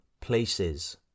places